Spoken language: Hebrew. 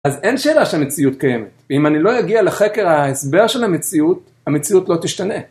אז אין שאלה שהמציאות קיימת. אם אני לא אגיע לחקר ההסבר של המציאות, המציאות לא תשתנה.